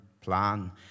plan